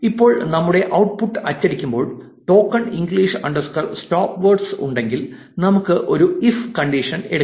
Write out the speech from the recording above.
ഇപ്പോൾ നമ്മുടെ ഔട്ട്പുട്ട് അച്ചടിക്കുമ്പോൾ token English underscore stop words ഉണ്ടെങ്കിൽ നമുക്ക് ഒരു ഇഫ് കണ്ടിഷൻ ഇടാം